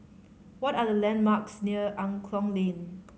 what are the landmarks near Angklong Lane